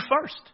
first